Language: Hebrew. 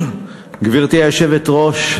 גברתי היושבת-ראש,